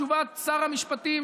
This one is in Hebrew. תשובת שר המשפטים,